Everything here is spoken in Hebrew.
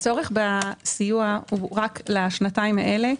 הצורך בסיוע הוא רק לשנתיים האלה,